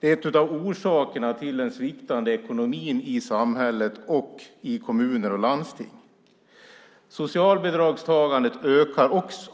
Det är en av orsakerna till den sviktande ekonomin i samhället och i kommuner och landsting. Utbetalningarna av socialbidrag ökar också.